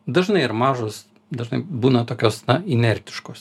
dažnai ir mažos dažnai būna tokios inertiškos